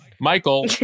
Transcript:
Michael